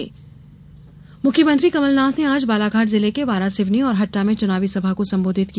CM दौरा मुख्यमंत्री कमलनाथ ने आज बालाघाट जिले के वारासिवनी और हट्टा में चुनावी सभा को संबोधित किया